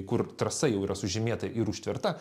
kur trasa jau yra sužymėta ir užtverta